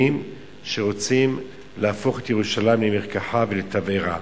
שרוצים להפוך את ירושלים למרקחה ולתבערה.